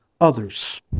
others